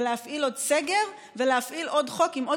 להפעיל עוד סגר ולהפעיל עוד חוק עם עוד